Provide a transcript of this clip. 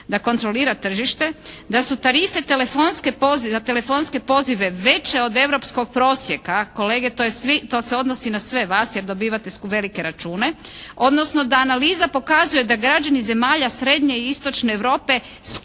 da kontrolira tržište, da su tarife za telefonske pozive veće od europskog prosjeka. Kolege, to se odnosi na sve vas jer dobivate velike račune, odnosno da analiza pokazuje da građani zemalja srednje i istočne Europe skuplje